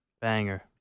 Banger